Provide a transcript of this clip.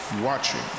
watching